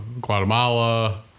Guatemala